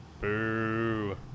Boo